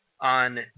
on